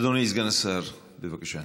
אדוני סגן השר, בבקשה.